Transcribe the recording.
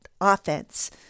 offense